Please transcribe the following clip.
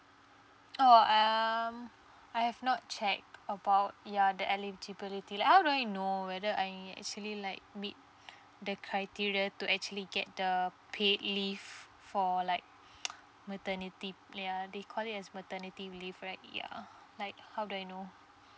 oh um I have not check about ya the eligibility like how do I know whether I actually like meet the criteria to actually get the paid leave for like maternity ya they call it as maternity leave right ya like how do I know